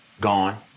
Gone